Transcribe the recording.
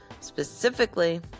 Specifically